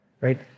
right